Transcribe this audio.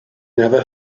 never